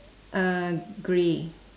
uh grey